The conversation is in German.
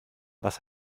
was